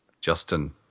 Justin